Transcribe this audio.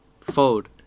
Fold